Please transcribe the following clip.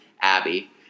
Abby